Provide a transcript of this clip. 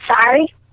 Sorry